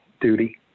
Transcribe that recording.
duty